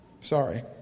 Sorry